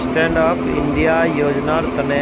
stand up India योजनार तने